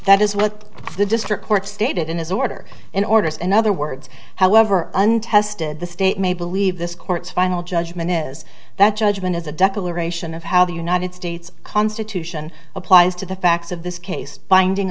that is what the district court stated in his order and orders in other words however untested the state may believe this court's final judgment is that judgment is a declaration of how the united states constitution applies to the facts of this case binding